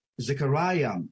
Zechariah